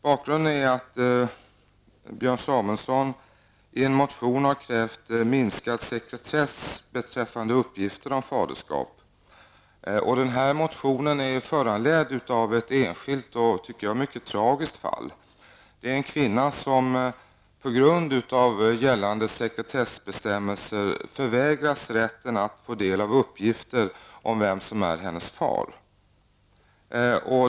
Bakgrunden är att Björn Samuelson i en motion har krävt minskad sekretess när det gäller uppgifter om faderskap. Motionen är föranledd av ett enskilt och, tycker jag, mycket tragiskt fall. På grund av gällande sekretessbestämmelser förvägras en kvinna rätten att få del av uppgifter om vem som är hennes far.